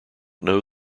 know